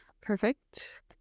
Perfect